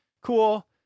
cool